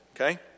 Okay